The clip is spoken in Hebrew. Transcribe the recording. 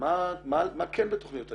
מה כן בתכניות הליבה.